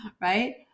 Right